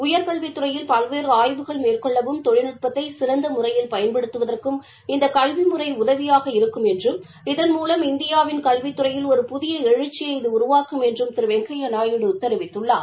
உயர்கல்வித் துறையில் பல்வேறு ஆய்வுகள் மேற்கொள்ளவும் தொழில்நுட்பத்தை சிறந்த முறையில் பயன்படுத்துவதற்கும் இந்த கல்விமுறை உதவியாக இருக்கும் என்றும் இதன்மூலம் இந்தியாவின் கல்விதுறையில் ஒரு புதிய எழுச்சியை உருவாக்கும் என்றும் திரு வெங்கையா நாயுடு தெரிவித்துள்ளார்